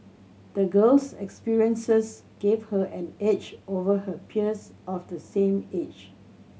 the girl's experiences gave her an edge over her peers of the same age